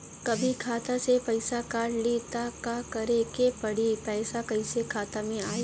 कभी खाता से पैसा काट लि त का करे के पड़ी कि पैसा कईसे खाता मे आई?